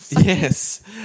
Yes